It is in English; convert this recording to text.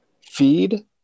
feed